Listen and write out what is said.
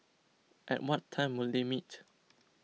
at what time will they meet